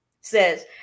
says